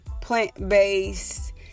plant-based